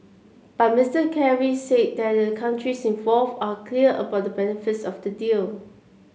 but Mister Kerry said that the countries involved are clear about the benefits of the deal